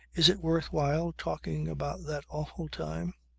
is it worth while talking about that awful time?